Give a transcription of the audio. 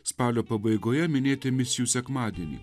spalio pabaigoje minėti misijų sekmadienį